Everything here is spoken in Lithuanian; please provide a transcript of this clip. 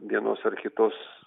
vienos ar kitos